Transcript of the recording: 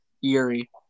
Yuri